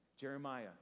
Jeremiah